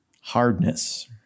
hardness